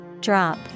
Drop